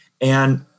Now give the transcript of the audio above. And-